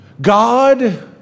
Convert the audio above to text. God